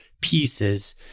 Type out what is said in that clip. pieces